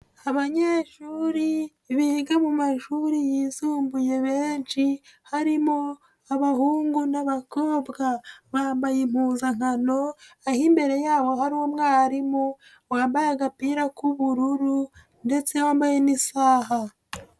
Abanyeshuri biga mu mashuri yisumbuye benshi, harimo abahungu n'abakobwa. Bambaye impuzankano, aho imbere yabo hari umwarimu wambaye agapira k'ubururu ndetse wambaye n'isaha.